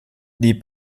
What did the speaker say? die